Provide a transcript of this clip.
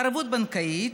ערבות בנקאית,